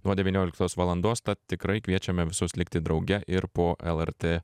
nuo devynioliktos valandos tad tikrai kviečiame visus likti drauge ir po lrt